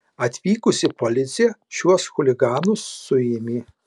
atvykusi policija šiuos chuliganus suėmė